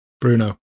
Bruno